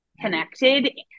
connected